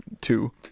two